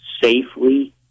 safely